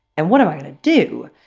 and what am i going to do?